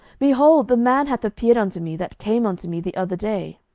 behold, the man hath appeared unto me, that came unto me the other day.